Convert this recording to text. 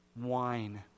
wine